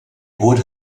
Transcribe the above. would